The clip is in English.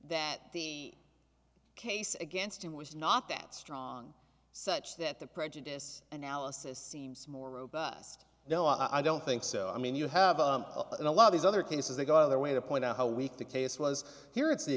that the case against him was not that strong such that the prejudice analysis seems more robust no i don't think so i mean you have a lot of these other cases they go out of their way to point out how weak the case was here it's the